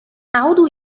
أعود